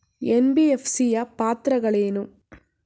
NBFC ಯ ಪಾತ್ರಗಳೇನು?